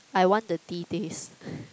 I want the the tea taste